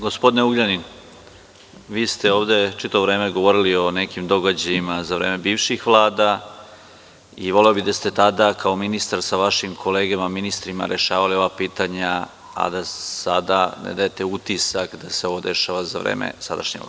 Gospodine Ugljanin, vi ste ovde čitavo vreme govorili o nekim događajima za vreme bivših vlada i voleo bih da ste tada, kao ministar, sa vašim kolegama ministrima rešavali ova pitanja, a da sada ne dajete utisak da se ovo dešava za vreme sadašnje Vlade.